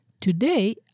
Today